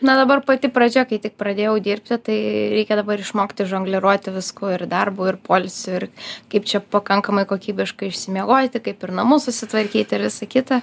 na dabar pati pradžia kai tik pradėjau dirbti tai reikia dabar išmokti žongliruoti visku ir darbu ir poilsiu ir kaip čia pakankamai kokybiškai išsimiegoti kaip ir namus susitvarkyti ir visa kita